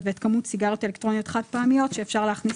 ואת כמות הסיגריות האלקטרוניות החד פעמיות שאפשר להכניס